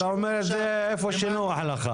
אתה אומר את זה איפה שנוח לך.